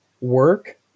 work